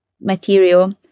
material